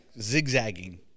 zigzagging